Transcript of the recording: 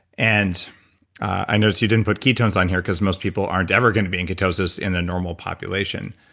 and i noticed you didn't put ketones on here because most people aren't ever going to be in ketosis in the normal population.